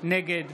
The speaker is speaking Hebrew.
נגד